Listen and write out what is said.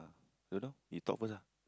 don't know you talk first ah